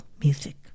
music